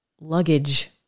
luggage